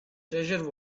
treasure